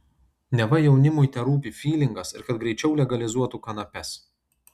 neva jaunimui terūpi fylingas ir kad greičiau legalizuotų kanapes